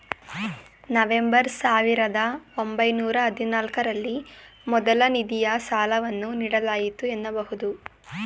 November ಸಾವಿರದ ಒಂಬೈನೂರ ಹದಿನಾಲ್ಕು ರಲ್ಲಿ ಮೊದಲ ನಿಧಿಯ ಸಾಲವನ್ನು ನೀಡಲಾಯಿತು ಎನ್ನಬಹುದು